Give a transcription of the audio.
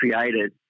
created